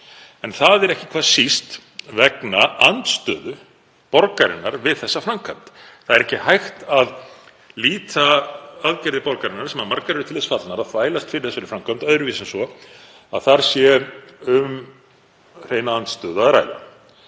en það er ekki hvað síst vegna andstöðu borgarinnar við þessa framkvæmd. Það er ekki hægt að líta aðgerðir borgarinnar, sem margar eru til þess fallnar að þvælast fyrir þessari framkvæmd, öðruvísi en svo að þar sé um hreina andstöðu að ræða.